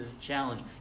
challenge